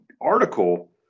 article